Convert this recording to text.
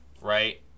right